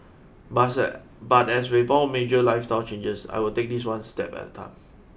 but but as with all major lifestyle changes I'll take this one step at a time